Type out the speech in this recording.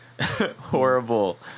horrible